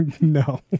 no